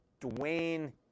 Dwayne